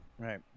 Right